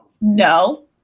No